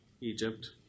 Egypt